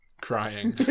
crying